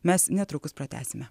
mes netrukus pratęsime